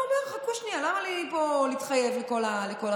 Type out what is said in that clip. אתה אומר: חכו שנייה, למה לי להתחייב לכל החיים?